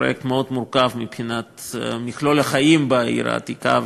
פרויקט מאוד מורכב מבחינת מכלול החיים בעיר העתיקה,